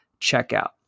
checkout